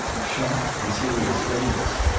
shock and serious illness.